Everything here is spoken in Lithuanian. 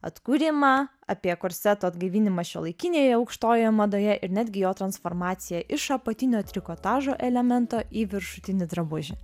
atkūrimą apie korseto atgaivinimą šiuolaikinėje aukštojoje madoje ir netgi jo transformaciją iš apatinio trikotažo elemento į viršutinį drabužį